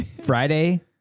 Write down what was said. Friday